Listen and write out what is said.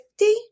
50